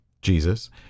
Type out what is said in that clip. jesus